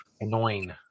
annoying